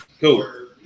cool